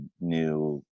new